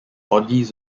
bodies